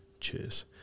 cheers